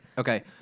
Okay